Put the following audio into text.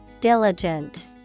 Diligent